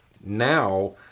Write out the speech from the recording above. Now